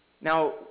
Now